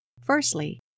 firstly